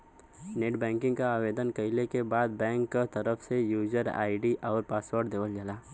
net banking क आवेदन कइले के बाद बैंक क तरफ से यूजर आई.डी आउर पासवर्ड देवल जाला